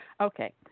Okay